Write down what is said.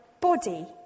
body